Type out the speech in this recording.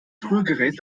rührgerät